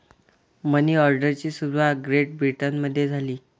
मनी ऑर्डरची सुरुवात ग्रेट ब्रिटनमध्ये झाली